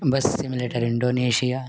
bus simulator Indonesia